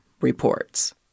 reports